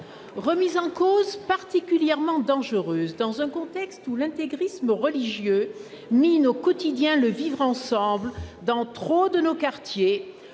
remise en cause particulièrement dangereuse dans un contexte où l'intégrisme religieux mine au quotidien le vivre ensemble dans trop de nos quartiers,